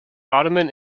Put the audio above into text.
ottoman